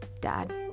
Dad